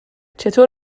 چطور